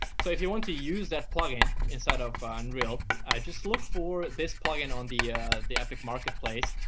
so if you want to use that plugin inside of ah unreal, just look for this plugin on the the epic marketplace,